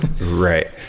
right